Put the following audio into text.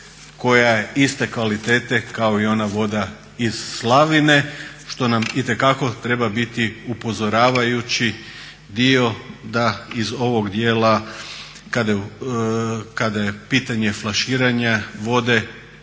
koja je iste kvalitete kao i ona voda iz slavine što nam itekako treba biti upozoravajući dio da iz ovog dijela kada je pitanje flaširanja vode,